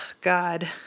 God